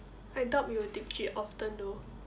I doubt you will teach it often though